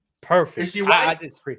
Perfect